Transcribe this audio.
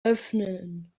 öffnen